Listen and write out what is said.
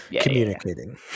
communicating